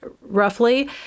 roughly